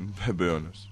be abejonės